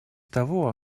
того